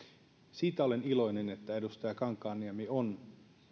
siitä olen iloinen että edustaja kankaanniemi on